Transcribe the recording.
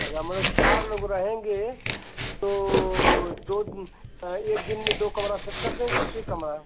अच्छा माने चार लोग रहेंगे तो दो दिन एक दिन में दो कमरा सेट कर दें कि एक ही कमरा